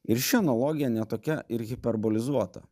ir ši analogija ne tokia ir hiperbolizuota